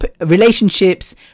relationships